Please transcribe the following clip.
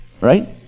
right